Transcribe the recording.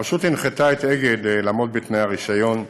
הרשות הנחתה את אגד לעמוד בתנאי הרישיון,